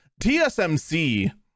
TSMC